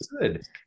Good